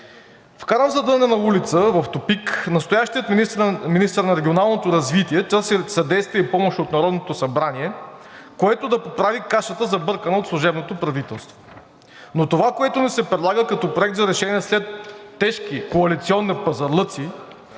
Вкаран в задънена улица – тупик, настоящият министър на регионалното развитие търси съдействие и помощ от Народното събрание, което да поправи кашата, забъркана от служебното правителство, но това, което ни се предлага като Проект за решение след тежки коалиционни пазарлъци,